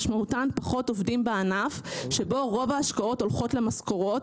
משמעותם פחות עובדים בענף שבו רוב ההשקעות הולכות למשכורות,